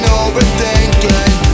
overthinking